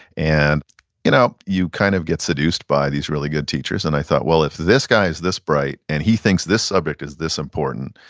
and you know you kind of get seduced by these really good teachers, and i thought well, if this guy's this bright, and he thinks this subject is this important,